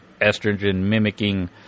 estrogen-mimicking